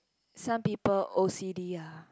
some people O_C_D ah